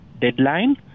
deadline